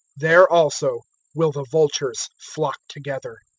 there also will the vultures flock together.